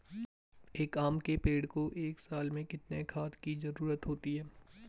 एक आम के पेड़ को एक साल में कितने खाद की जरूरत होती है?